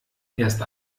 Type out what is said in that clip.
erst